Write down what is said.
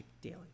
Daily